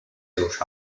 seus